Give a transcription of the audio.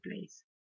place